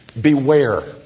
beware